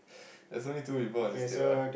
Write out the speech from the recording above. that's only two reborn this table